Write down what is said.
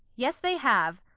yes, they have.